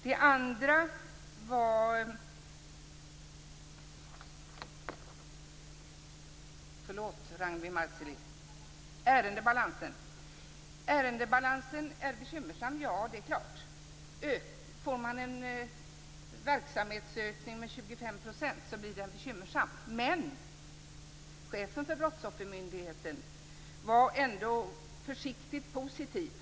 Det är klart att ärendebalansen är bekymmersam. En verksamhetsökning med 25 % blir bekymmersam. Men chefen för Brottsoffermyndigheten var ändå försiktigt positiv.